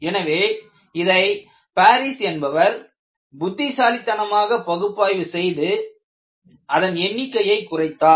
எனவே இதை பாரிஸ் என்பவர் புத்திசாலித்தனமாக பகுப்பாய்வு செய்து அதன் எண்ணிக்கையை குறைத்தார்